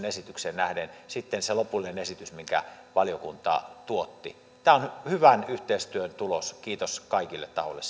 esitykseen nähden se lopullinen esitys minkä valiokunta tuotti tämä on hyvän yhteistyön tulos kiitos kaikille tahoille